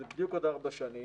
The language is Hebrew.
שזה בדיוק עוד ארבע שנים,